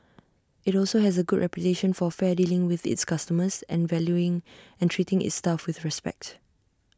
IT also has A good reputation for fair dealing with its customers and valuing and treating its staff with respect